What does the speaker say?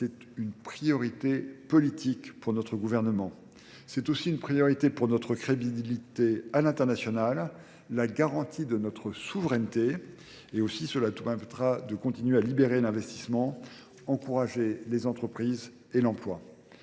c'est une priorité politique pour notre gouvernement. C'est aussi une priorité pour notre crédibilité à l'international, la garantie de notre souveraineté, et aussi cela permettra de continuer à libérer l'investissement, encourager les entreprises et l'emploi.